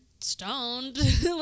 stoned